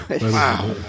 Wow